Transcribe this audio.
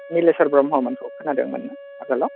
निलेस्वर ब्रम्हमोनखौ खोनादोंमोन नामा आगोलाव